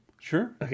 Sure